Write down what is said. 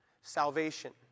salvation